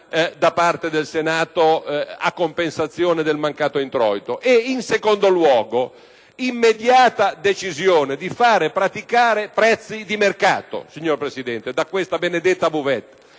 da parte del Senato a compensazione del mancato introito. In secondo luogo, dovremmo assumere l’immediata decisione di far praticare prezzi di mercato, signor Presidente, da questa benedetta buvette